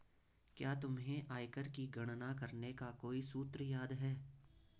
क्या तुम्हें आयकर की गणना करने का कोई सूत्र याद है?